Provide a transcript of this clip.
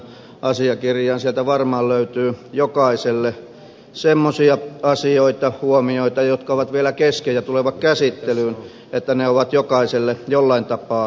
sieltä varmaan löytyy jokaiselle semmoisia asioita huomioita jotka ovat vielä kesken ja tulevat käsittelyyn joten ne ovat jokaiselle jollain tapaa läheisiä